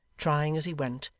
trying, as he went,